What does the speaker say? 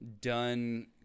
done